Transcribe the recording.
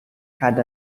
had